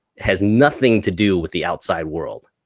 has nothing to do with the outside world,